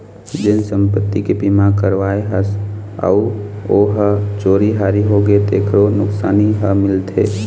जेन संपत्ति के बीमा करवाए हस अउ ओ ह चोरी हारी होगे तेखरो नुकसानी ह मिलथे